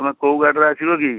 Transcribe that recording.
ତମେ କେଉଁ ଗାଡ଼ିରେ ଆସିବ କି